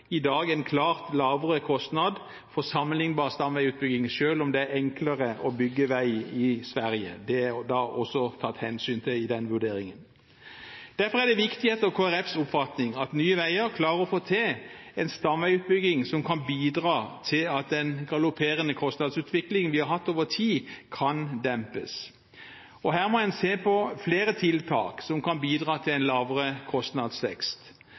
i dag en klart lavere kostnad for sammenlignbar stamveiutbygging, selv om det er enklere å bygge vei i Sverige. Det er det da også tatt hensyn til i den vurderingen. Derfor er det viktig etter Kristelig Folkepartis oppfatning at Nye Veier klarer å få til en stamveiutbygging som kan bidra til at den galopperende kostnadsutviklingen vi har hatt over tid, kan dempes. Her må en se på flere tiltak som kan bidra til en lavere kostnadsvekst.